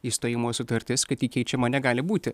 išstojimo sutartis kad ji keičiama negali būti